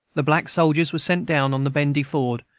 the black soldiers were sent down on the ben de ford,